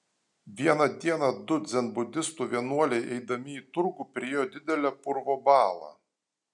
vieną dieną du dzenbudistų vienuoliai eidami į turgų priėjo didelę purvo balą